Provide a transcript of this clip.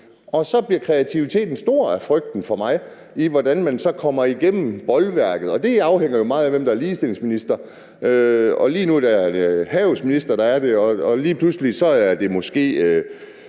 og så bliver kreativiteten – frygter jeg – med hensyn til hvordan man så kommer igennem bolværket, stor. Det afhænger jo meget af, hvem der er ligestillingsminister, og lige nu er det havets minister, der er det, men lige pludselig kan det –